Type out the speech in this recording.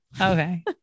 Okay